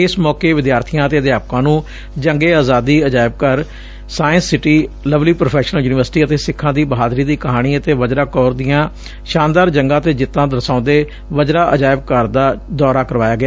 ਇਸ ਮੌਕੇ ਵਿਦਿਆਰਥੀਆਂ ਅਤੇ ਅਧਿਆਪਕਾਂ ਨੂੰ ਜੰਗ ਏ ਆਜ਼ਾਦੀ ਅਜਾਇਬ ਘਰ Science City Lovely Professional University ਅਤੇ ਸਿੱਖਾਂ ਦੀ ਬਹਾਦਰੀ ਦੀ ਕਹਾਣੀ ਅਤੇ ਵਜੱਰਾ ਕੋਰ ਦੀਆਂ ਸ਼ਾਨਦਾਰ ਜੰਗਾਂ ਅਤੇ ਜਿੱਤਾਂ ਦਰਸਾਉਦੇ ਵਜਰਾ ਅਜਾਇਬ ਘਰ ਦਾ ਦੌਰਾ ਕਰਵਾਇਆ ਗਿਆ